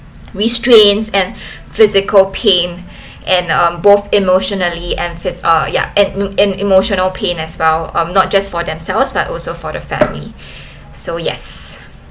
restraints and physical pain and um both emotionally and phys~ uh ya and and emotional pain as well um not just for themselves but also for the family so yes